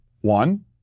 One